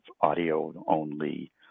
audio-only